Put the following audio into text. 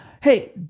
hey